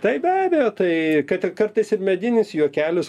tai be abejo tai kad ir kartais ir medinis juokelis